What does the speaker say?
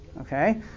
okay